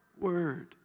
word